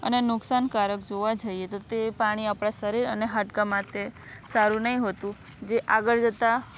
અને નુકસાનકારક જોવા જઈએ તો તે પાણી આપણા શરીર અને હાડકાં માટે સારું નહીં હોતું જે આગળ જતાં